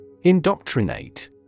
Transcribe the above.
Indoctrinate